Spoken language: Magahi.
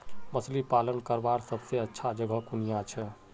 मछली पालन करवार सबसे अच्छा जगह कुनियाँ छे?